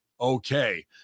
okay